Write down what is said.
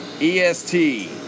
EST